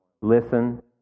Listen